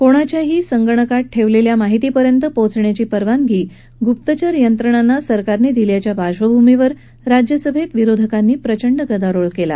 कोणाच्याही संगणकात ठेवलेल्या माहितीपर्यंत पोचण्याची परवानगी गुप्तचर यंत्रणांना सरकारने दिल्याच्या पार्श्वभूमीवर राज्यसभेत विरोधकांनी प्रचंड गदारोळ केला